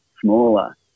smaller